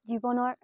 জীৱনৰ